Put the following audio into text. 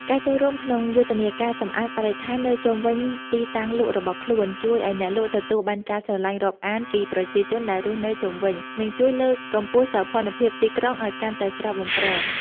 ការចូលរួមក្នុងយុទ្ធនាការសម្អាតបរិស្ថាននៅជុំវិញទីតាំងលក់របស់ខ្លួន ជួយឱ្យអ្នកលក់ទទួលបានការស្រឡាញ់រាប់អានពីប្រជាជនដែលរស់នៅជុំវិញ និងជួយលើកកម្ពស់សោភ័ណភាពទីក្រុងឱ្យកាន់តែស្រស់បំព្រង។